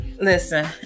Listen